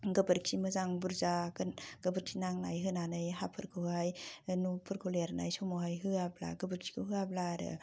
गोबोरखि मोजां बुरजा गोबोरखि नांनाय होनानै हाफोरखौहाय न'फोरखौ लिरनाय समाव होआबा गोबोरखिखौ होआब्ला आरो